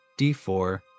D4